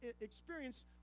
experience